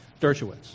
Dershowitz